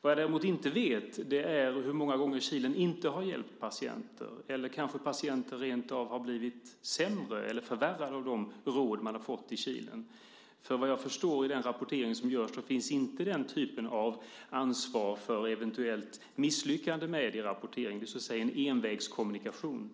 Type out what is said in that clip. Vad jag däremot inte vet är hur många gånger Kilen inte har hjälpt patienter, om patienter rentav har blivit sämre eller förvärrade av de råd de har fått vid Kilen. Vad jag förstår finns inte den typen av ansvar för eventuella misslyckanden med i den rapportering som görs. Det är så att säga en envägskommunikation.